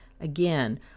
Again